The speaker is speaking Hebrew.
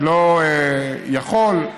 לא יכול,